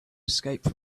escape